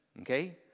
Okay